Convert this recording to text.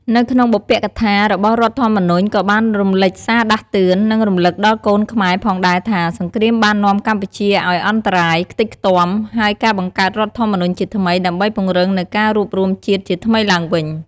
នៅក្នុងបុព្វកថារបស់រដ្ឋធម្មនុញ្ញ ក៏បានរំលេចសារដាស់តឿន និងរំលឹកដល់កូនខ្មែរផងដែរថា សង្រ្គាមបាននាំកម្ពុជាឲ្យអន្តរាយ ខ្ទេចខ្ទាំ ហើយការបង្កើតរដ្ឋធម្មនុញ្ញជាថ្មី ដើម្បីពង្រឹងនូវការរួបរួមជាតិជាថ្មីឡើងវិញ។